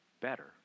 better